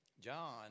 John